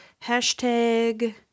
Hashtag